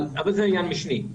אבל זה עניין משני.